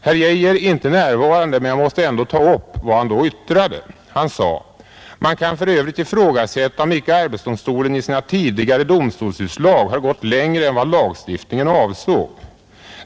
Herr Geijer är inte närvarande i dag, men jag måste ändå ta upp vad han då yttrade: ”Man kan för övrigt ifrågasätta, om icke arbetsdomstolen i sina tidigare domstolsutslag har gått längre än vad lagstiftningen egentligen avsåg.